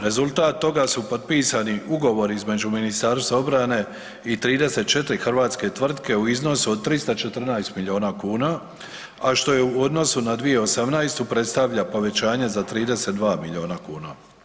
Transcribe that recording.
Rezultat toga su potpisani ugovori između Ministarstva obrane i 34 hrvatske tvrtke u iznosu od 314 miliona kuna, a što je u odnosu na 2018. predstavlja povećanje za 32 miliona kuna.